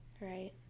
Right